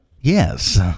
Yes